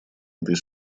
этой